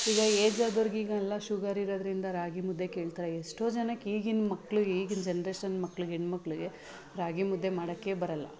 ಈಗ ಏಜ್ ಆದವ್ರ್ಗೆ ಈಗ ಎಲ್ಲ ಶುಗರ್ ಇರೋದರಿಂದ ರಾಗಿ ಮುದ್ದೆ ಕೇಳ್ತಾರೆ ಎಷ್ಟೋ ಜನಕ್ಕೆ ಈಗಿನ ಮಕ್ಳಿಗೆ ಈಗಿನ ಜನ್ರೇಷನ್ ಮಕ್ಳಿಗೆ ಹೆಣ್ಮಕ್ಳಿಗೆ ರಾಗಿ ಮುದ್ದೆ ಮಾಡೋಕ್ಕೇ ಬರೋಲ್ಲ